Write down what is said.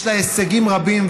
יש לה הישגים רבים,